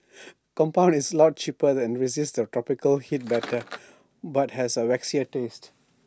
compound is A lot cheaper and resists the tropical heat better but has A waxier taste